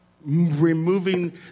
Removing